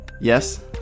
Yes